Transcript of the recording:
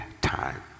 time